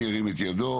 מי נגד?